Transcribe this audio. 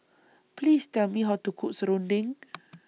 Please Tell Me How to Cook Serunding